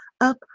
up